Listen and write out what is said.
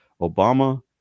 Obama